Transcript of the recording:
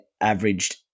averaged